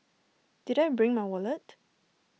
did I bring my wallet